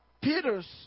Peter's